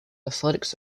athletic